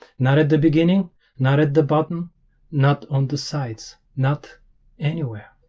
not at the beginning not at the bottom not on the side, so not anywhere.